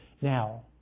Now